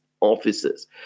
officers